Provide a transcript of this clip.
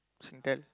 Singtel